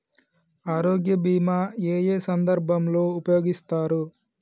ఆరోగ్య బీమా ఏ ఏ సందర్భంలో ఉపయోగిస్తారు?